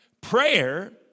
Prayer